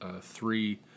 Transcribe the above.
three